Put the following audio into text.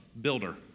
builder